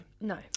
No